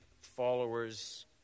followers